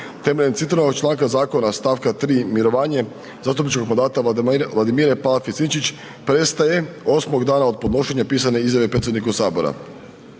Temeljem citiranog članka zakona stavka 3. mirovanje zastupničkom mandata Vladimire Palfi Sinčić prestaje 8 dana od podnošenja pisane izjave predsjedniku sabora.